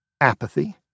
apathy